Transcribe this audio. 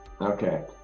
okay